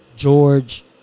George